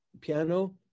piano